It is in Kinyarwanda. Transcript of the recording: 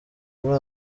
muri